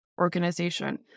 organization